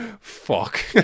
Fuck